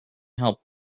help